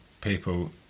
people